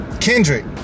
Kendrick